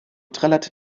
trällert